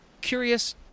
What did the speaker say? curious